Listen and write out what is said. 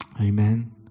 Amen